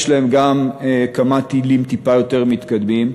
יש להם גם כמה טילים טיפה יותר מתקדמים,